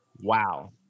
Wow